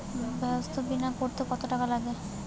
স্বাস্থ্যবীমা করতে কত টাকা লাগে?